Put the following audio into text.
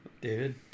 David